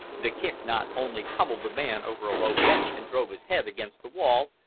the kick not only tumbled the man over a low bench and drove his head against the wall,